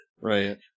Right